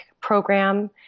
program